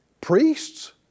priests